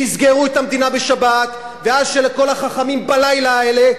תסגרו את המדינה בשבת ואז שלכל החכמים בלילה האלה,